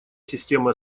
система